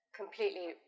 completely